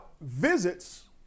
visits